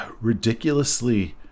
ridiculously